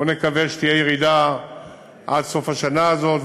בוא נקווה שתהיה ירידה עד סוף השנה הזאת,